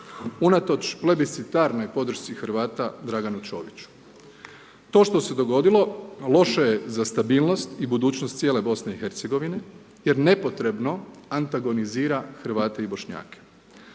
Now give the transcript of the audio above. unatoč plebiscitarnoj podršci Draganu Čoviću. To što se dogodilo loše je za stabilnost i budućnost cijele BiH-a jer nepotrebno antagonizira Hrvate i Bošnjake.